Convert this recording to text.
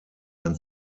ein